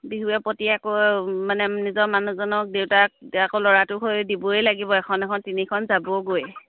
বিহুৱে প্ৰতি আকৌ মানে নিজৰ মানুহজনক দেউতাক আকৌ ল'ৰাটো হৈ দিবই লাগিব এখন এখন তিনিখন যাবগৈয়ে